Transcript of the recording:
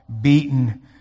beaten